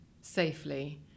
safely